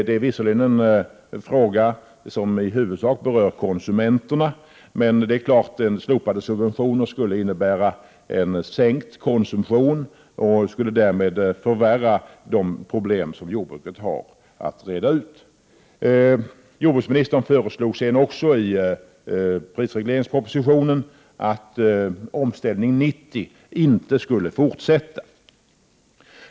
Det är visserligen en fråga som i huvudsak berör konsumenterna, men det står klart att den slopade subventionen skulle innebära en sänkning av konsumtionen och därmed skulle de problem som jordbruket har att reda ut förvärras. Jordbruksministern föreslog sedan i prisregleringspropositionen att Omställning 90 inte skulle förlängas.